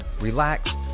relax